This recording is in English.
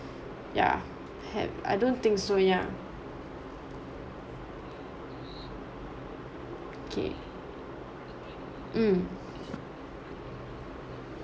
yeah have I don't think so ya k mm